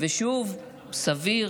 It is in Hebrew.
ושוב, סביר,